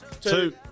two